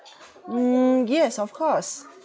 mm yes of course